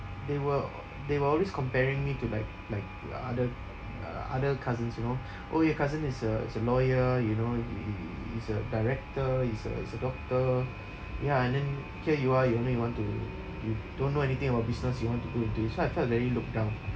they were uh they were always comparing me to like like the other o~ other cousins you know oh your cousin is a is a lawyer you know he h~ he he's a director he's a he's a doctor ya and then here you are you're the only one to you don't know anything about business you want to go into it so I felt very looked down